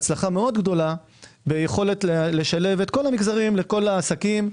הצלחה מאוד גדולה ביכולת לשלב את כל המגזרים לכל העסקים.